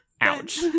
Ouch